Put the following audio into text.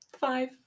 Five